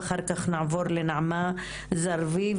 ואחר כך נעבור לנעמה זרביב,